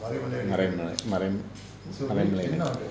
maraimalai maraimalai Adigal